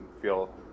feel